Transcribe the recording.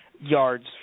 yards